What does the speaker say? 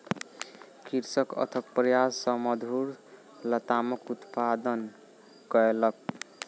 कृषक अथक प्रयास सॅ मधुर लतामक उत्पादन कयलक